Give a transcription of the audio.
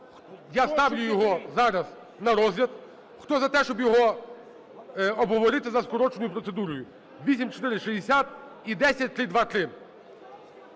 Я ставлю його зараз на розгляд. Хто за те, щоб його обговорити за скороченою процедурою? 8460 і 10323.